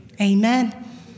Amen